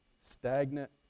stagnant